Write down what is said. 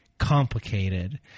Complicated